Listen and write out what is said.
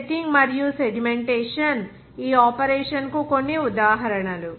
setting మరియు sedimentation ఈ operation కు కొన్ని ఉదాహరణలు